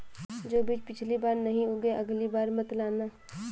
जो बीज पिछली बार नहीं उगे, अगली बार मत लाना